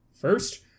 first